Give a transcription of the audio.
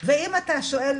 ואם אתה שואל,